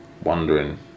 Wondering